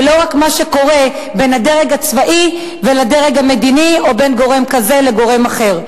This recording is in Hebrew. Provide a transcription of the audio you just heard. ולא רק מה שקורה בין הדרג הצבאי לדרג המדיני או בין גורם כזה לגורם אחר.